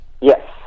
Yes